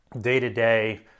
day-to-day